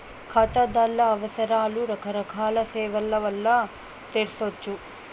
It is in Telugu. కాతాదార్ల అవసరాలు రకరకాల సేవల్ల వల్ల తెర్సొచ్చు